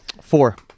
Four